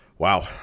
Wow